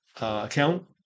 account